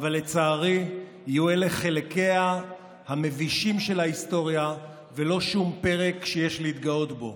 לצערי יהיו אלה חלקיה המבישים של ההיסטוריה ולא שום פרק שיש להתגאות בו.